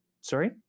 Sorry